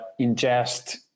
ingest